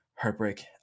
heartbreak